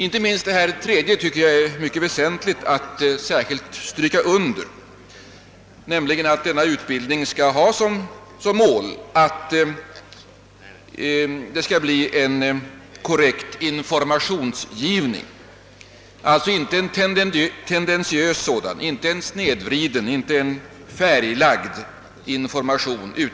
Inte minst den tredje punkten är mycket väsentlig; utbildningen skall som mål ha korrekt informationsgivning. Det får inte bli en tendentiös, snedvriden och färglagd information.